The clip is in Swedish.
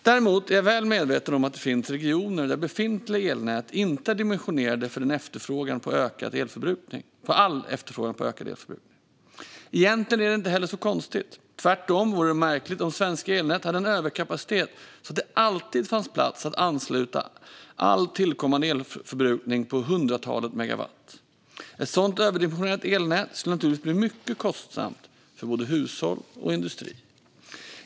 Däremot är jag väl medveten om att det finns regioner där befintliga elnät inte är dimensionerade för all efterfrågan på ökad elförbrukning. Egentligen är det inte heller så konstigt. Tvärtom vore det märkligt om svenska elnät hade en överkapacitet, så att det alltid fanns plats att ansluta all tillkommande elförbrukning på hundratalet megawatt. Ett sådant överdimensionerat nät skulle naturligtvis bli mycket kostsamt för både hushåll och industri.